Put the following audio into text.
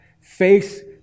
face